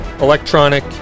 electronic